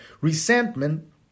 resentment